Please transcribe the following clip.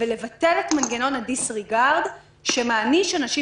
ולבטל את מנגנון ה-disregard שמעניש אנשים